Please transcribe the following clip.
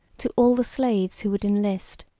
to all the slaves who would enlist.